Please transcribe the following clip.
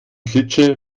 klitsche